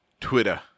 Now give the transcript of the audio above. Twitter